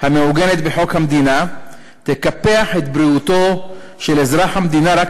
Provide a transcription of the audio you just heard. המעוגנת בחוק המדינה תקפח את בריאותו של אזרח המדינה רק